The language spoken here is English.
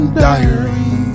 diary